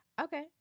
Okay